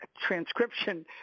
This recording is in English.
transcription